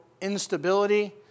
instability